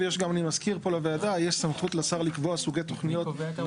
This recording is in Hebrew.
גם כיום יש לנו בעיה עם ארבעים אחוז.